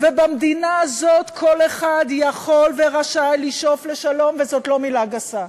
ובמדינה הזאת כל אחד יכול ורשאי לשאוף לשלום וזאת לא מילה גסה.